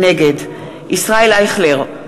נגד ישראל אייכלר,